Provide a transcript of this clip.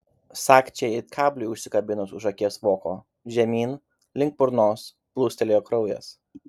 sagčiai it kabliui užsikabinus už akies voko žemyn link burnos plūstelėjo kraujas